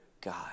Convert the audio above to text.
God